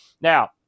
Now